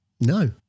No